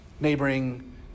neighboring